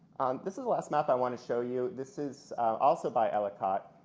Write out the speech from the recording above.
this is the last map i want to show you. this is also by ellicott.